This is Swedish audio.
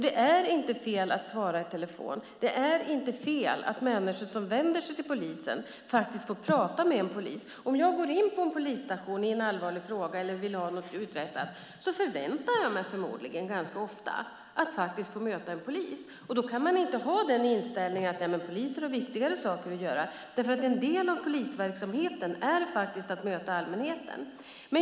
Det är inte fel att svara i telefon. Det är inte fel att människor som vänder sig till polisen får prata med en polis. Om jag går in på en polisstation i en allvarlig fråga eller vill ha något uträttat förväntar jag mig förmodligen ganska ofta att få möta en polis. Då kan man inte ha den inställningen att poliser har viktigare saker att göra. En del av polisverksamheten är faktiskt att möta allmänheten.